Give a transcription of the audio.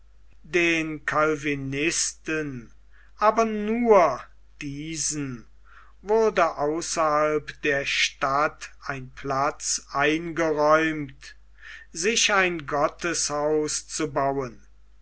den calvinisten aber nur diesen wurde außerhalb der stadt ein platz eingeräumt sich ein gotteshaus zu bauen